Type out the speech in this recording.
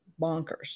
bonkers